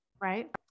right